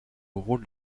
rôle